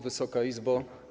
Wysoka Izbo!